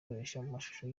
mashusho